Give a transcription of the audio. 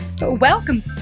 Welcome